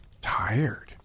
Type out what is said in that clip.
tired